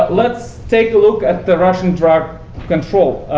let's take a look at the russian drug control.